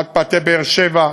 עד פאתי באר-שבע,